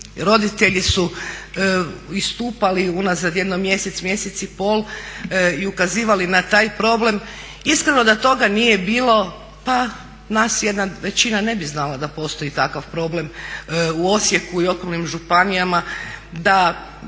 roditelji su istupali unazad jedno mjesec, mjesec i pol i ukazivali na taj problem. Iskreno da toga nije bilo pa nas jedna većina ne bi znala da postoji takav problem u Osijeku i okolnim županijama.